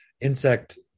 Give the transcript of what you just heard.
insect